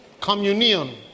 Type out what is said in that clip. Communion